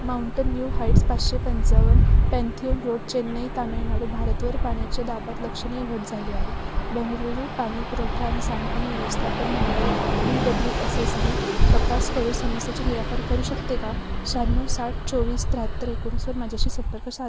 mountain View Heights पाचशे पंचावन्न Pantheon Road Chennai Tamil Nadu भारतवर पाण्याच्या दाबात लक्षणीय घट झाली आहे बंगळुरू पाणीपुरवठा आणि सांडपाणी व्यवस्थापन मंडळ B W S S B तपास करून समस्येचे निराकरण करू शकते का शहाण्णव साठ चोवीस त्र्याहत्तर एकोणीसवर माझ्याशी संपर्क साधा